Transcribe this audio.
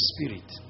Spirit